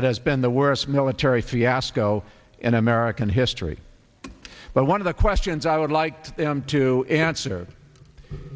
that has been the worst military fiasco in american history but one of the questions i would like them to answer